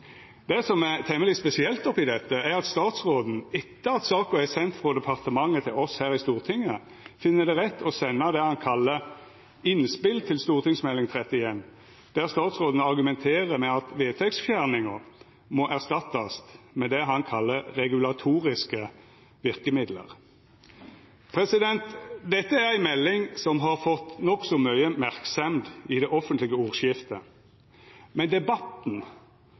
Det som er temmeleg spesielt oppi dette, er at statsråden, etter at saka er send frå departementet til oss her i Stortinget, finn det rett å senda det han kallar innspel til Meld. St. 31 for 2015–2016, der statsråden argumenterer med at vedtektsfjerninga må erstattast med det han kallar «regulatoriske virkemidler». Dette er ei melding som har fått nokså mykje merksemd i det offentlege ordskiftet, men debatten